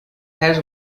has